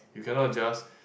you cannot just